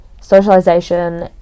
socialization